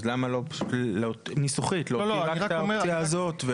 אז למה לא ניסוחית להשאיר רק את האופציה הזאת?